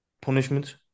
punishment